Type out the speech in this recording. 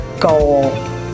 goal